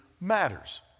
matters